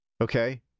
Okay